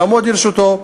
הוא יעמוד לרשותו,